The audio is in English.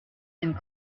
and